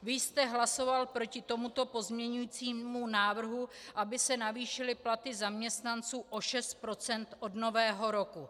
Vy jste hlasoval proti tomuto pozměňovacímu návrhu, aby se navýšily platy zaměstnanců o šest procent od Nového roku.